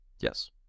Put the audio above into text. Yes